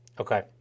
Okay